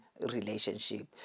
relationship